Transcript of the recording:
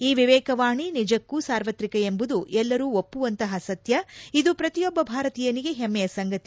ಈ ವಿವೇಕವಾಣಿ ನಿಜಕ್ಕೂ ಸಾರ್ವತ್ರಿಕ ಎಂಬುದು ಎಲ್ಲರೂ ಒಪ್ಪುವಂತಹ ಸತ್ಯ ಇದು ಪ್ರತಿಯೊಬ್ಬ ಭಾರತೀಯನಿಗೆ ಹೆಮ್ಮೆಯ ಸಂಗತಿ